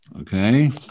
okay